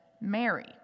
Mary